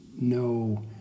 no